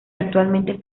actualmente